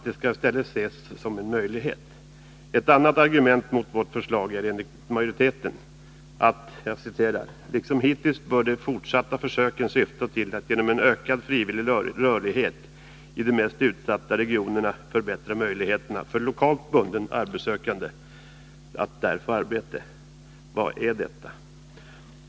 Det skall i stället ses som en möjlighet. Ett annat argument mot vårt förslag är enligt majoriteten: ”Liksom hittills bör de fortsatta försöken syfta till att genom en ökad frivillig rörlighet i de mest utsatta regionerna förbättra möjligheterna för lokalt bundna arbetssökande att där få arbete.” Vad är detta?